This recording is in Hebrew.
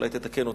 אולי תתקן אותי.